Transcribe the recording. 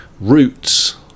roots